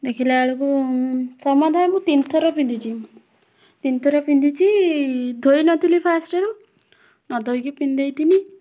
ଦେଖିଲା ବେଳକୁ ସମୁଦାୟ ମୁଁ ତିନିଥର ପିନ୍ଧିଛି ତିନିଥର ପିନ୍ଧିଛି ଧୋଇନଥିଲି ଫାର୍ଷ୍ଟରୁ ନ ଧୋଇକି ପିନ୍ଧି ଦେଇଥିଲି